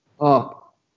up